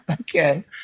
Okay